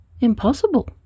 impossible